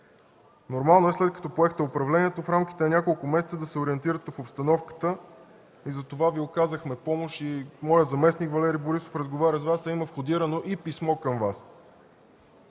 Нормално е, след като поехте управлението, в рамките на няколко месеца да се ориентирате в обстановката и затова Ви оказахме помощ – моят заместник Валери Борисов разговаря с Вас, има входирано и писмо към Вас.